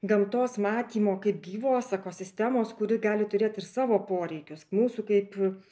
gamtos matymo kaip gyvos ekosistemos kuri gali turėt ir savo poreikius mūsų kaip